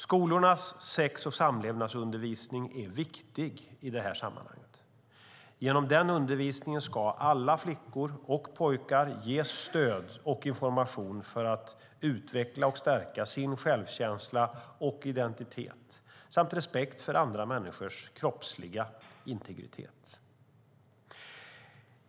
Skolornas sex och samlevnadsundervisning är viktig i detta sammanhang. Genom den undervisningen ska alla flickor och pojkar ges stöd och information för att utveckla och stärka sin självkänsla och identitet samt respekt för andra människors kroppsliga integritet.